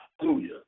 Hallelujah